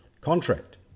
contract